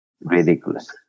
Ridiculous